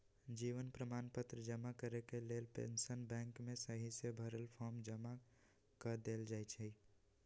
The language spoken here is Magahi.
जीवन प्रमाण पत्र जमा करेके लेल पेंशन बैंक में सहिसे भरल फॉर्म जमा कऽ देल जाइ छइ